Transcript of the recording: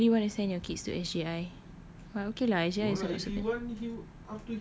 but do you really want to send your kids to S_J_I but okay lah S_J_I also not bad